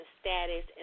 status